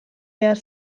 behar